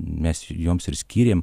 mes joms ir skyrėm